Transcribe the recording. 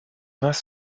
mains